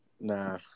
Nah